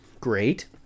Great